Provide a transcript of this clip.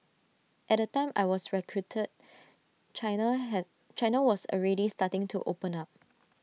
at the time I was recruited China had China was already starting to open up